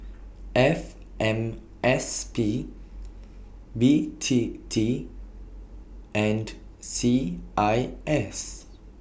F M S P B T T and C I S